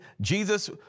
Jesus